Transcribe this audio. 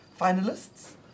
finalists